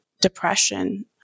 depression